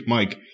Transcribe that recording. Mike